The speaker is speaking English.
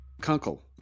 Kunkel